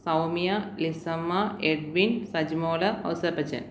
Soumya Lisamma Edwin Sajimol Ouseppachan